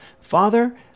Father